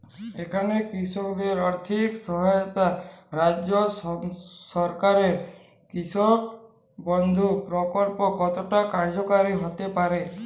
এখানে কৃষকদের আর্থিক সহায়তায় রাজ্য সরকারের কৃষক বন্ধু প্রক্ল্প কতটা কার্যকরী হতে পারে?